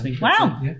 Wow